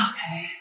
Okay